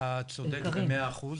אתה צודק במאה אחוז.